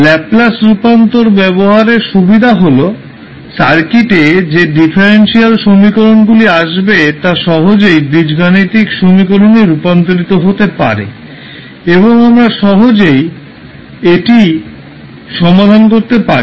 Laplace রূপান্তর ব্যবহারের সুবিধা হল সার্কিটে যে ডিফারেন্সিয়াল সমীকরণগুলি আসবে তা সহজেই বীজগাণিতিক সমীকরণে রূপান্তরিত হতে পারে এবং আমরা সহজেই এটি সমাধান করতে পারি